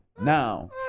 now